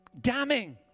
damning